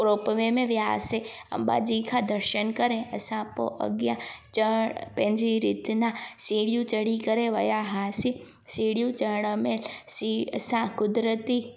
ropeway में वियासीं अंबा जी खां दर्शन करे असां पोइ अॻियां चढ़णु पंहिंजी रीति न सीढ़ियूं चढी करे विया हुआसीं सीढ़ियूं चढ़ण में सी असां कुदरती